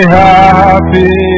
happy